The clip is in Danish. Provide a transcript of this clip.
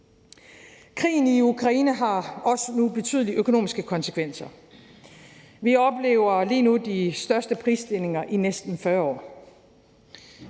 Krigen i Ukraine har også nu betydelige økonomiske konsekvenser. Vi oplever lige nu de største prisstigninger i næsten 40 år: